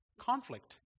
conflict